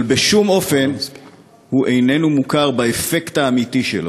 אבל בשום אופן הוא איננו מוכר באפקט האמיתי שלו.